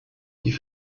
die